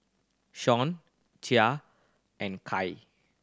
Gia and Kai